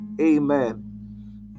Amen